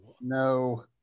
No